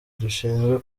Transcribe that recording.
dushinzwe